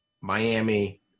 Miami